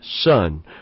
son